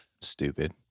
Stupid